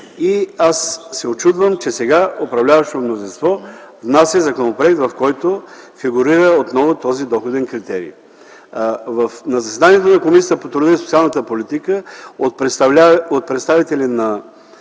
Аз се учудвам, че сега управляващото мнозинство внася законопроект, в който фигурира отново този доходен критерий. На заседанието на Комисията по труда и социалната политика от представители на